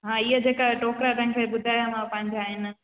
हा इहो जेका टोकिरा तव्हांखे ॿुधायामांव पंहिंजा आहिनि